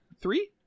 Three